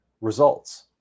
results